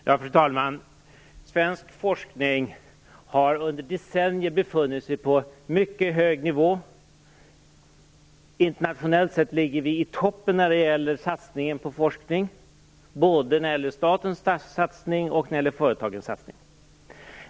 Fru talman! Svensk forskning har under decennier befunnit sig på mycket hög nivå. Internationellt sett ligger vi i topp när det gäller satsningen på forskning, både när det gäller statens satsning och företagens satsning.